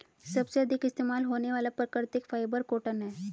सबसे अधिक इस्तेमाल होने वाला प्राकृतिक फ़ाइबर कॉटन है